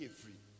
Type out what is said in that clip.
free